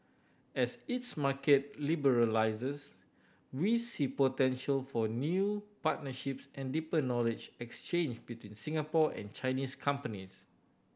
as its market liberalises we see potential for new partnerships and deeper knowledge exchange between Singapore and Chinese companies